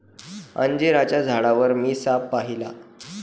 अंजिराच्या झाडावर मी साप पाहिला